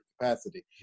capacity